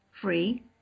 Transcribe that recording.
free